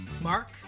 Mark